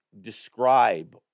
describe